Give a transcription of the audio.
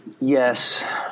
Yes